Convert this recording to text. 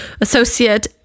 associate